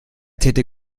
täte